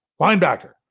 linebacker